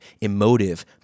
emotive